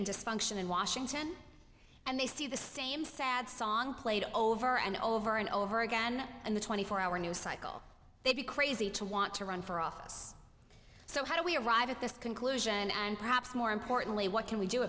and dysfunction in washington and they see the same sad song played over and over and over again in the twenty four hour news cycle they'd be crazy to want to run for office so how do we arrive at this conclusion and perhaps more importantly what can we do